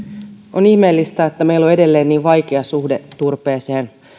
on ihmeellistä että meillä on edelleen niin vaikea suhde turpeeseen